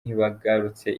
ntibagarutse